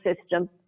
system